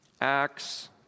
Acts